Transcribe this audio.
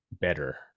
better